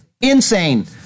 Insane